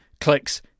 clicks